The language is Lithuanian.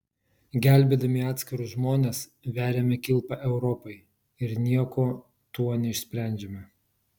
gelbėdami atskirus žmones veriame kilpą europai ir nieko tuo neišsprendžiame